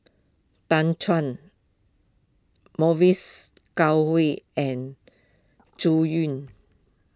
Tan Chuan Mavis Goh Oei and Zhu Xu